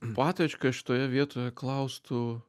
patočka šitoje vietoje klaustų